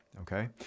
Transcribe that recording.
okay